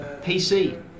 PC